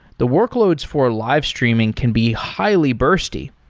the workloads for live streaming can be highly bursty.